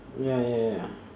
ya ya ya